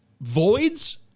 Voids